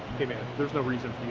hey man there's no reason for you